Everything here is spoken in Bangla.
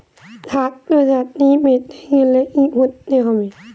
স্বাস্থসাথী পেতে গেলে কি করতে হবে?